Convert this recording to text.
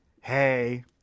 Hey